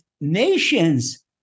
nations